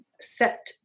set